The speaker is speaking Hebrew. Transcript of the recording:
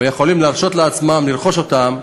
והם יכולים להרשות לעצמם לרכוש אותם,